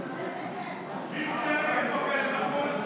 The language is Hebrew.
ווי ווי על הכיסא.